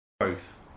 growth